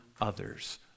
others